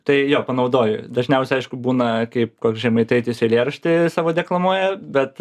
tai jo panaudoju dažniausiai aišku būna kaip koks žemaitaitis eilėraštį savo deklamuoja bet